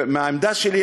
ומהעמדה שלי,